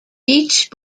beach